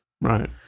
Right